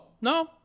No